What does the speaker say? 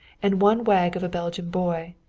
and one wag of a belgian boy,